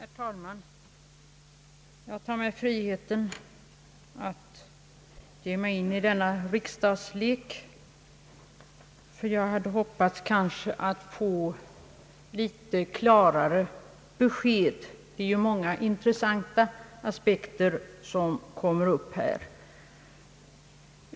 Herr talman! Jag tar mig friheten att ge mig in i denna riksdagslek, ty jag hade hoppats att få litet klarare besked. Det är ju många intressanta aspekter som kommer upp här.